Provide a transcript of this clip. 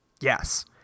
Yes